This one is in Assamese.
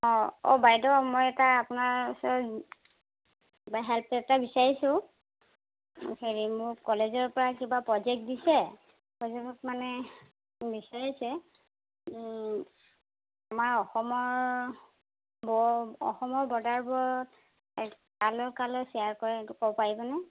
অঁ অঁ বাইদেউ মই এটা আপোনাৰ ওচৰত কিবা হেল্প এটা বিচাৰিছোঁ হেৰি মোক কলেজৰ পৰা কিবা প্ৰজেক্ট দিছে প্ৰজেক্টত মানে বিচাৰিছে আমাৰ অসমৰ বৰ অসমৰ বৰ্ডাৰবোৰত এ কালৈ কালৈ শ্বেয়াৰ কৰে ক'ব পাৰিবনে